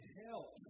help